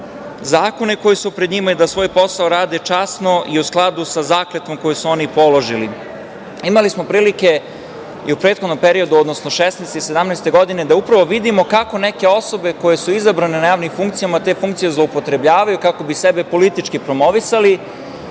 zakone koji su pred njima, da svoj posao rade časno i u skladu sa zakletvom koju su oni položili. Imali smo prilike i u prethodnom periodu, odnosno 2016. i 2017. godine da upravo vidimo kako neke osobe koje su izabrane na javne funkcije, te funkcije zloupotrebljavaju, kako bi sebe politički promovisali